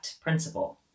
principle